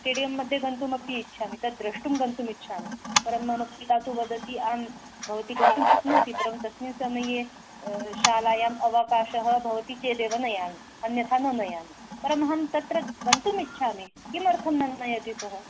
स्टेडियं मध्ये गन्तुमपि इच्छामि तद्द्रष्टुं गन्तुम् इच्छामि परं मम पिता तु वदति अहं भवती गन्तुं शक्नोति परं तस्मिन् समये शालायाम् अवकाशः भवति चेदेव नयामि अन्यथा न नयामि परम अहं तत्र गन्तुम् इच्छामि किमर्थं न नयति सः